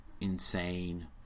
insane